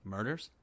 Murders